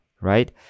right